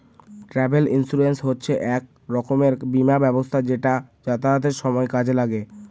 travel insurance হচ্ছে এক রকমের বীমা ব্যবস্থা যেটা যাতায়াতের সময় কাজে লাগে